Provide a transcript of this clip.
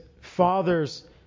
father's